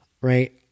Right